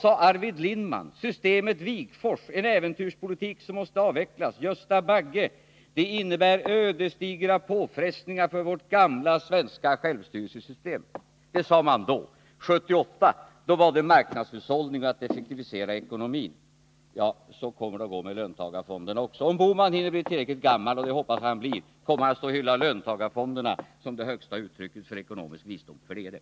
Arvid Lindman sade: ”Systemet Wigforss — en äventyrspolitik som måste avvecklas.” Gösta Bagge sade att det skulle ”innebära ödesdigra påfrestningar för vårt gamla svenska självstyrelsesystem”. Det sade man då. 1978 ville man ha marknadshushållning för att effektivera ekonomin. Så kommer det också att gå med löntagarfonderna. Om Gösta Bohman hinner bli tillräckligt gammal — och det hoppas jag att han blir — kommer han att hylla löntagarfonderna som det högsta uttrycket för ekonomisk visdom, för det är det.